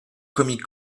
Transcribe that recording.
comic